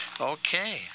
okay